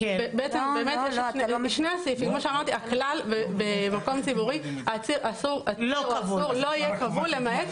בשני הסעיפים הכלל הוא שבמקום ציבורי העציר לא יהיה כבול למעט.